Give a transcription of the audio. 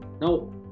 Now